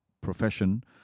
profession